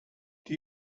did